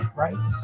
right